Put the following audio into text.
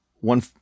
One